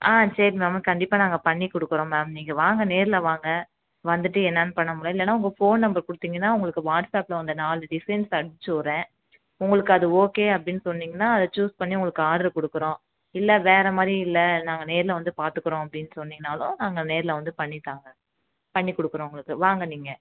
ஆ சரி மேம் கண்டிப்பாக நாங்கள் பண்ணிக் கொடுக்குறோம் மேம் நீங்கள் வாங்க நேரில் வாங்க வந்துட்டு என்னெனு பண்ண முடியும் இல்லைனா உங்கள் ஃபோன் நம்பர் கொடுத்தீங்கனா உங்களுக்கு வாட்ஸ்ஆப்பில் அந்த நாலு டிஸைன்ஸ் அனுப்பிச்சிவுட்றேன் உங்களுக்கு அது ஓகே அப்படின்னு சொன்னீங்கன்னா அதை சூஸ் பண்ணி உங்களுக்கு ஆட்ரு கொடுக்குறோம் இல்லை வேறு மாதிரியும் இல்லை நாங்கள் நேரில் வந்து பார்த்துக்குறோம் அப்படின்னு சொன்னீங்கனாலும் நாங்கள் நேரில் வந்து பண்ணித் தாங்க பண்ணிக் கொடுக்குறோம் உங்களுக்கு வாங்க நீங்கள்